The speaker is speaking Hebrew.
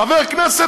חבר כנסת,